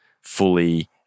fully